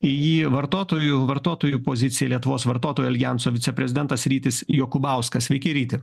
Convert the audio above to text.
į jį vartotojų vartotojų poziciją lietuvos vartotojų aljanso viceprezidentas rytis jokubauskas sveiki ryti